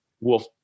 Wolf